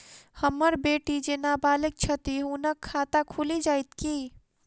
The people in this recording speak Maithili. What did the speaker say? हम्मर बेटी जेँ नबालिग छथि हुनक खाता खुलि जाइत की?